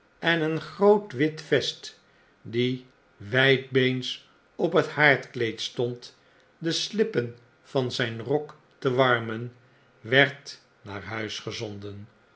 en een groot wit vest die wjjdbeens op het haardkleed stond de slippen van zgn rok te warmen werd naar huis gezonden